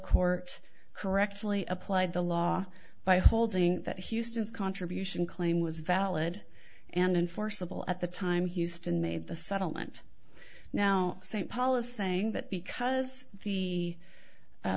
court correctly applied the law by holding that houston's contribution claim was valid and enforceable at the time houston made the settlement now same policy saying that because the